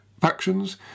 factions